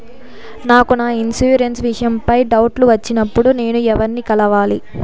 నాకు నా ఇన్సూరెన్సు విషయం పై డౌట్లు వచ్చినప్పుడు నేను ఎవర్ని కలవాలి?